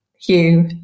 Hugh